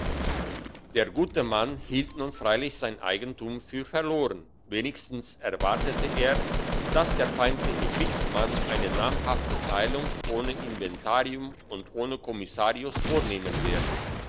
der gute mann hielt nun freilich sein eigentum für verloren wenigstens erwartete er dass der feindliche kriegsmann eine namhafte teilung ohne inventarium und ohne kommissarius vornehmen werde